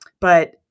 but-